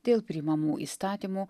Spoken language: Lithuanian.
dėl priimamų įstatymų